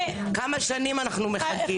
כמה שנים אנחנו מחכים.